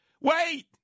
Wait